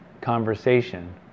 conversation